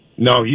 No